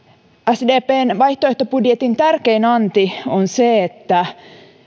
sdpn vaihtoehtobudjetin tärkein anti on se että